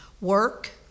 Work